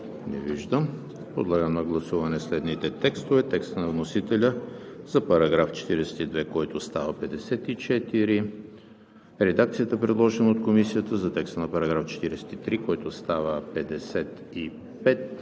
Не виждам. Подлагам на гласуване следните текстове: текста на вносителя за § 42, който става § 54; редакцията, предложена от Комисията за текста на § 43, който става §